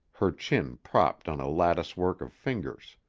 her chin propped on a latticework of fingers.